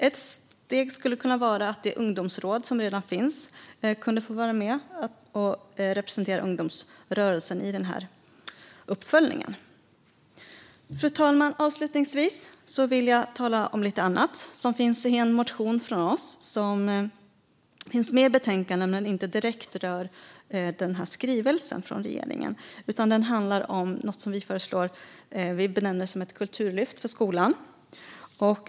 Ett steg skulle kunna vara att det ungdomsråd som redan finns kunde få vara med och representera ungdomsrörelsen i uppföljningen. Fru talman! Avslutningsvis vill jag tala om lite annat. Det finns en motion från oss som finns med i betänkandet men som inte direkt rör skrivelsen från regeringen. Det handlar om någonting som vi benämner som ett kulturlyft för skolan.